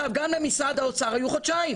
גם למשרד האוצר היו חודשיים.